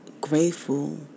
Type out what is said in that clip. grateful